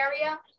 area